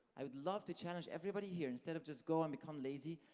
i would love to challenge everybody here, instead of just go and become lazy,